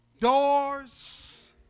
doors